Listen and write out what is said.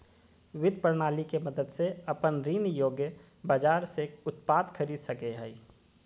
वित्त प्रणाली के मदद से अपन ऋण योग्य बाजार से उत्पाद खरीद सकेय हइ